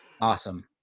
Awesome